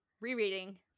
rereading